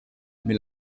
mais